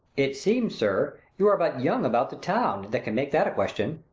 it seems, sir, you are but young about the town, that can make that a question.